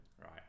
Right